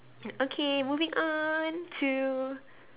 okay moving on to